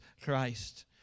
Christ